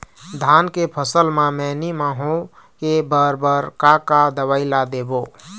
धान के फसल म मैनी माहो के बर बर का का दवई ला देबो?